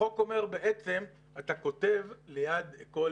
בצרפת יש חוק והוא אומר שאתה כותב ליד כל